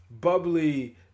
bubbly